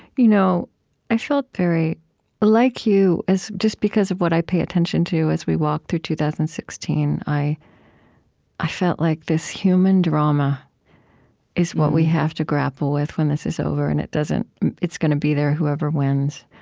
you know i felt very like you, just because of what i pay attention to as we walked through two thousand and sixteen, i i felt like this human drama is what we have to grapple with when this is over, and it doesn't it's gonna be there, whoever wins.